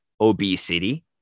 obesity